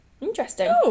Interesting